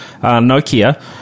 Nokia